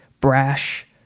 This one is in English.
brash